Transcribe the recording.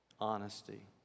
honesty